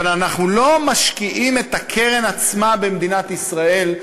אבל אנחנו לא משקיעים את הקרן עצמה במדינת ישראל,